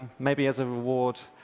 maybe as a reward,